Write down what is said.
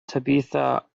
tabitha